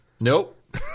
Nope